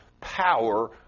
power